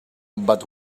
but